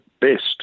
best